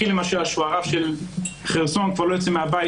אחי למשל, שהוא הרב של חרסון, לא יוצא מהבית